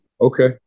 okay